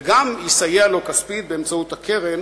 וגם יסייע לו כספית באמצעות הקרן